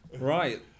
Right